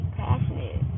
passionate